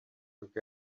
look